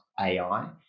AI